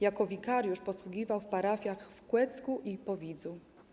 Jako wikariusz posługiwał w parafiach w Kłecku i Powidzu.